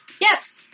Yes